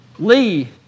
Lee